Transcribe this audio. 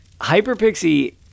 Hyperpixie